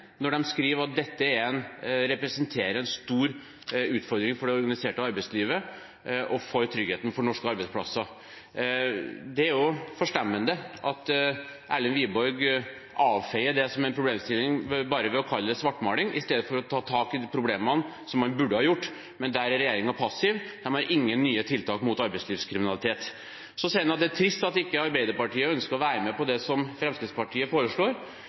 når de skriver at dette representerer en stor utfordring for det organiserte arbeidslivet og for tryggheten for norske arbeidsplasser. Det er forstemmende at Erlend Wiborg avfeier det som en problemstilling ved bare å kalle det svartmaling i stedet for å ta tak i problemene, som han burde ha gjort. Der er regjeringen passiv. De har ingen nye tiltak mot arbeidslivskriminalitet. Så sier han at det er trist at ikke Arbeiderpartiet ønsker å være med på det Fremskrittspartiet foreslår,